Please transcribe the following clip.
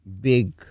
big